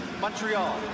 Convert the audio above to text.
Montreal